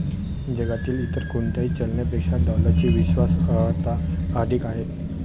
जगातील इतर कोणत्याही चलनापेक्षा डॉलरची विश्वास अर्हता अधिक आहे